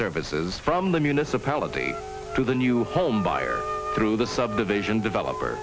services from the municipality to the new homebuyer through the subdivision developer